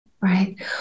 Right